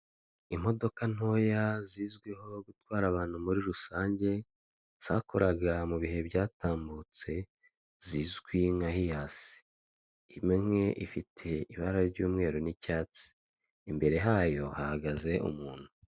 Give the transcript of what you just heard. Imodoka ntoya zizwiho gutwara abantu muri rusange, zakoraga mu bihe byatambutse zizwi nka Hiyasi. Imwe ifite ibara ry'umweru n'icyatsi, imbere hoyo hahagaze umuntu.